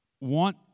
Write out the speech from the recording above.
want